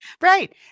Right